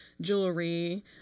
jewelry